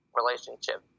relationship